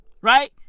Right